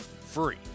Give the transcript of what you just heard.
free